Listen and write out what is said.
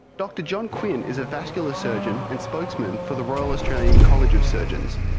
dr john quinn is a vascular surgeon and spokesman for the royal australian college of surgeons.